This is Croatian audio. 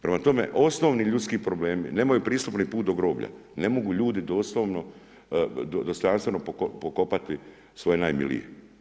Prema tome, osnovni ljudski problemi, nemaju pristupni put do groblja, ne mogu ljudi dostojanstveno pokopati svoje najmilije.